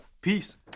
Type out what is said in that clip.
Peace